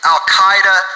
Al-Qaeda